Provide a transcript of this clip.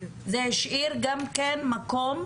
זה השאיר גם כן מקום,